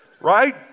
right